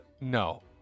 no